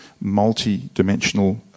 multi-dimensional